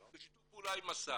בשיתוף פעולה עם מסע.